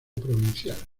provincial